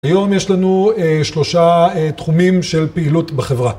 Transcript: היום יש לנו שלושה תחומים של פעילות בחברה